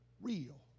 real